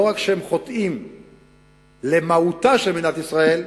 לא רק שהם חוטאים למהותה של מדינת ישראל,